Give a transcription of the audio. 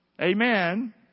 Amen